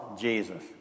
Jesus